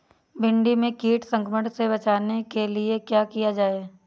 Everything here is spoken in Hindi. भिंडी में कीट संक्रमण से बचाने के लिए क्या किया जाए?